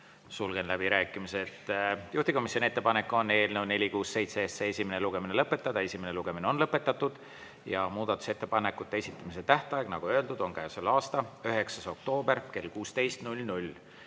Sulgen läbirääkimised. Juhtivkomisjoni ettepanek on eelnõu 467 esimene lugemine lõpetada. Esimene lugemine on lõpetatud ja muudatusettepanekute esitamise tähtaeg, nagu öeldud, on käesoleva aasta 9. oktoober kell 16.